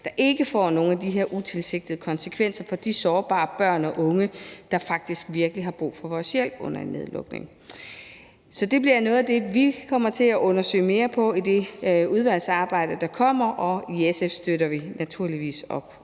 der ikke får nogen af de her utilsigtede konsekvenser for de sårbare børn og unge, der faktisk virkelig har brug for vores hjælp under en nedlukning. Det bliver noget af det, vi kommer til at undersøge mere i det udvalgsarbejde, der kommer. I SF støtter vi naturligvis op